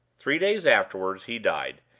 three days afterward he died,